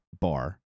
bar